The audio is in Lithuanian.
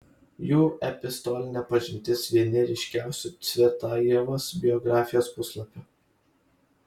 jų epistolinė pažintis vieni ryškiausių cvetajevos biografijos puslapių